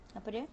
apa dia